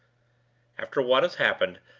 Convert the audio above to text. after what has happened,